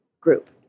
group